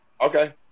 Okay